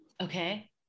okay